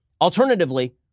Alternatively